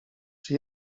czy